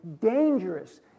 dangerous